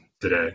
today